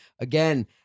Again